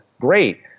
great